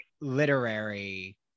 literary